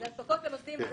אלו הנפקות למוסדיים,